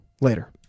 Later